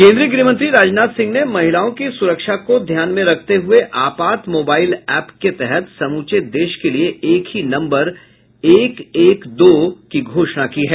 केन्द्रीय गृहमंत्री राजनाथ सिंह ने महिलाओं की सुरक्षा को ध्यान में रखते हुए आपात मोबाइल एप के तहत समूचे देश के लिए एक ही नम्बर एक एक दो की घोषणा की है